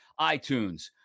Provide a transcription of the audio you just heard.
iTunes